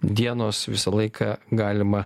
dienos visą laiką galima